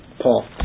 Paul